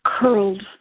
curled